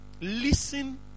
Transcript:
listen